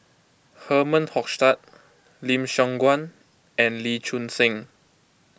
Herman Hochstadt Lim Siong Guan and Lee Choon Seng